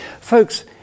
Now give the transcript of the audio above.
Folks